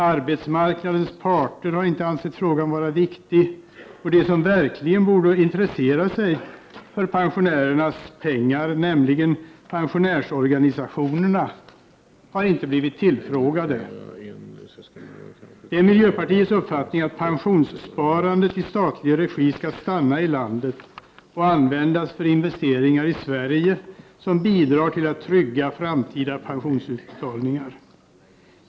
Arbetsmarknadens parter har inte ansett frågan vara viktig, och de som verkligen borde intressera sig för ”pensionärernas pengar”, nämligen pensionärsorganisationerna, har inte blivit tillfrågade. Det är miljöpartiets uppfattning att pensionssparandet i statlig regi skall stanna i landet och användas till sådana investeringar i Sverige som bidrar till att trygga framtida pensionsutbetalningar.